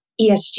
ESG